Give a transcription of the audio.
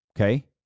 Okay